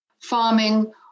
farming